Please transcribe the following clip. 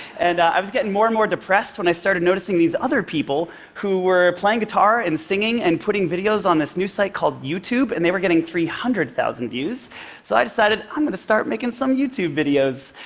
and i was getting more and more depressed when i started noticing these other people who were playing guitar and singing and putting videos on this new site called youtube, and they were getting three hundred thousand views. so i decided i'm going to start making some youtube videos.